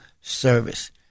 service